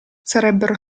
sarebbero